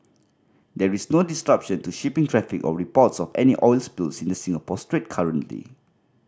there is no disruption to shipping traffic or reports of any oil spills in the Singapore Strait currently